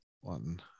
one